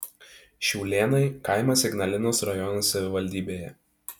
šiūlėnai kaimas ignalinos rajono savivaldybėje